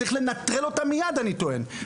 צריך לנטרל אותה מייד אני טוען.